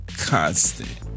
Constant